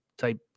type